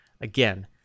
Again